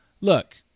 look